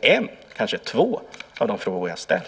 eller kanske två av de frågor jag ställt.